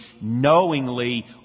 knowingly